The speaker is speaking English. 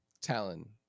Talon